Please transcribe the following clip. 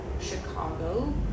chicago